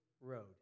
road